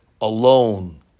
alone